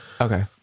Okay